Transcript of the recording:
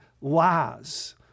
lies